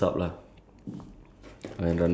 uh like mating calls like that